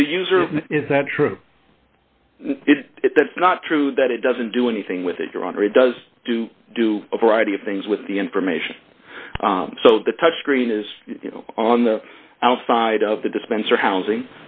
the user is that true it if that's not true that it doesn't do anything with it your honor it does to do a variety of things with the information so the touch screen is on the outside of the dispenser housing